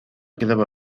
quedaba